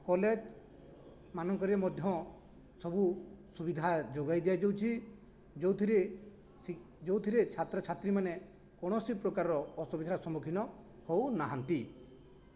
କଲେଜମାନଙ୍କରେ ମଧ୍ୟ ସବୁ ସୁବିଧା ଯୋଗାଇ ଦିଆଯାଉଛି ଯେଉଁଥିରେ ସି ଯେଉଁଥିରେ ଛାତ୍ରଛାତ୍ରୀମାନେ କୌଣସି ପ୍ରକାରର ଅସୁବିଧାର ସମ୍ମୁଖୀନ ହେଉନାହାନ୍ତି